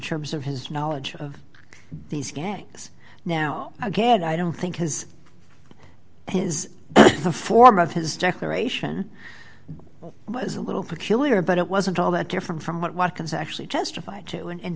terms of his knowledge of these skanks now again i don't think his is the form of his declaration was a little peculiar but it wasn't all that different from what watkins actually testified to in